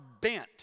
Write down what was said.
bent